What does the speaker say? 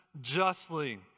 justly